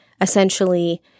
essentially